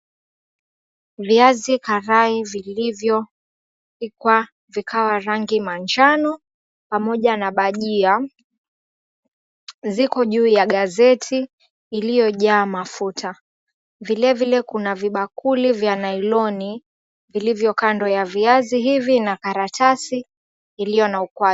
Viazi karai vilivyopikwa vikawa rangi manjano, pamoja na bajia ziko juu ya gazeti iliyojaa mafuta, vilevile kuna vibakuli vya nailoni vilivyo kando ya viazi hivi na 𝑘𝑎𝑟𝑎𝑡𝑎𝑠𝑖 𝑖𝑙𝑖𝑦𝑜 na ukwaju.